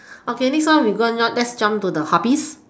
okay next one we going on let's jump to the hobbies